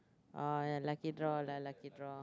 oh ya lucky draw lah lucky draw